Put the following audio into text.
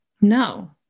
No